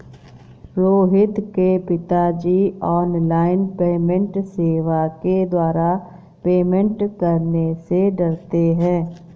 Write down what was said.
रोहित के पिताजी online payment सेवा के द्वारा पेमेंट करने से डरते हैं